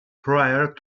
prior